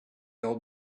old